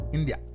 India